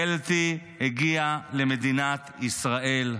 קלטי הגיעה למדינת ישראל.